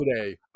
today